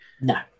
No